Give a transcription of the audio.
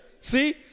See